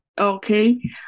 Okay